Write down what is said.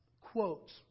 quotes